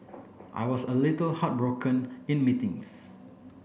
I was a little heartbroken in meetings